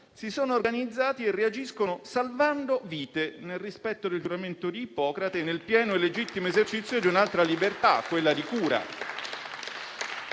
si sono organizzati e reagiscono salvando vite, nel rispetto del giuramento di Ippocrate e nel pieno e legittimo esercizio di un'altra libertà: quella di cura.